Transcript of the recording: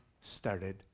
started